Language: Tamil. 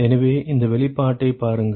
எனவே இந்த வெளிப்பாட்டைப் பாருங்கள்